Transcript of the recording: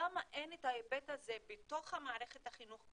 למה אין את ההיבט הזה בתוך מערכת החינוך,